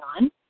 on